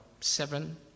seven